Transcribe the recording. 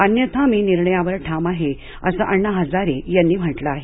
अन्यथा मी निर्णयावर ठाम आहे असं अण्णा हजारे यांनी म्हटलं आहे